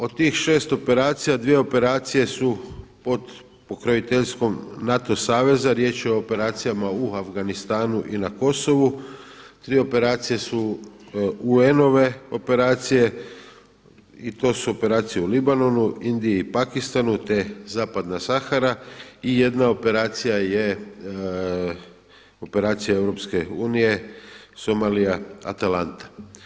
Od tih šest operacija, dvije operacije su pod pokroviteljstvom NATO saveza, riječ je o operacija u Afganistanu i na Kosovu, tri operacije su UN-ove operacije i to su operacije u Libanonu, Indiji i Pakistanu te Zapadna Sahara i jedna operacija je operacija EU Somalija-Atalanta.